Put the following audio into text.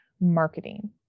marketing